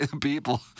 people